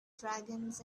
dragons